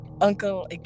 uncle